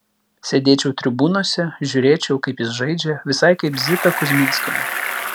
sėdėčiau tribūnose žiūrėčiau kaip jis žaidžia visai kaip zita kuzminskienė